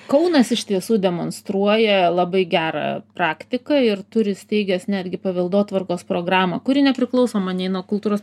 kaunas iš tiesų demonstruoja labai gerą praktiką ir turi įsteigęs netgi paveldotvarkos programą kuri nepriklausoma nei nuo kultūros